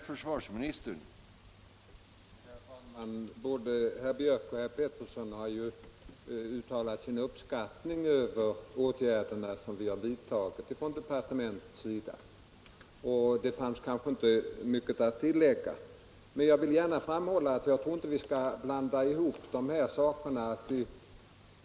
Herr talman! Både herr Björk i Gävle och herr Petersson i Röstånga har uttalat sin uppskattning av de åtgärder som vi har vidtagit i departementet, och det finns kanske inte mycket att tillägga. Jag vill emellertid gärna framhålla att man inte bör blanda ihop två olika saker.